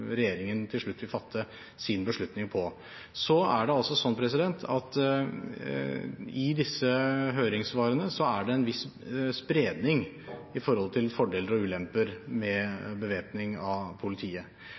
regjeringen til slutt vil fatte sin beslutning på. I disse høringssvarene er det en viss spredning i forhold til fordeler og ulemper